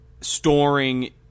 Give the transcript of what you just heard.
storing